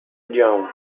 young